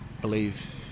believe